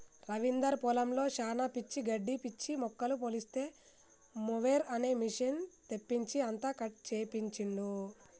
రవీందర్ పొలంలో శానా పిచ్చి గడ్డి పిచ్చి మొక్కలు మొలిస్తే మొవెర్ అనే మెషిన్ తెప్పించి అంతా కట్ చేపించిండు